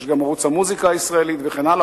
ויש גם ערוץ המוזיקה הישראלית וכן הלאה,